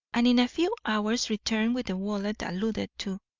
and in a few hours returned with the wallet alluded to.